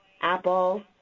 apple